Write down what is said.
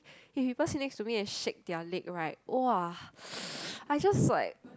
if people sit next to me and shake their leg right !wah! I just like